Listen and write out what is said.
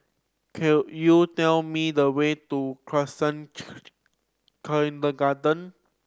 could you tell me the way to Khalsa Kindergarten